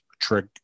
Trick